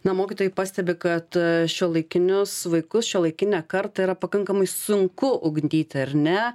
na mokytojai pastebi kad šiuolaikinius vaikus šiuolaikinę kartą yra pakankamai sunku ugdyti ar ne